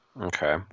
okay